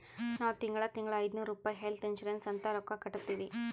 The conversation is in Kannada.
ನಾವ್ ತಿಂಗಳಾ ತಿಂಗಳಾ ಐಯ್ದನೂರ್ ರುಪಾಯಿ ಹೆಲ್ತ್ ಇನ್ಸೂರೆನ್ಸ್ ಅಂತ್ ರೊಕ್ಕಾ ಕಟ್ಟತ್ತಿವಿ